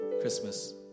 Christmas